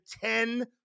ten